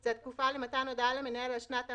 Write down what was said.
זו התקופה למתן הודעה למנהל על שנת המס,